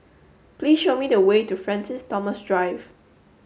please show me the way to Francis Thomas Drive